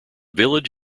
village